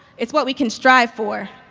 it's what we can strive for,